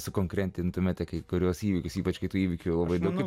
sukonkretintumėte kai kuriuos įvykius ypač kitų įvykių vaidinu